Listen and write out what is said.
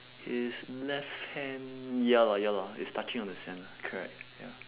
his left hand ya lah ya lah it's touching on the sand lah correct ya